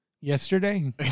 Yesterday